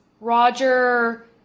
Roger